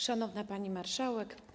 Szanowna Pani Marszałek!